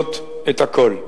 לרצות את הכול.